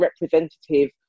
representative